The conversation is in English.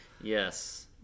yes